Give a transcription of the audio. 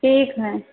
ठीक हइ